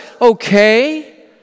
Okay